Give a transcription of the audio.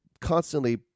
constantly –